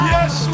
Yes